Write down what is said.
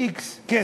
x כסף,